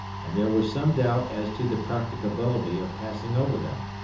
and there was some doubt as to the practicability of passing over them,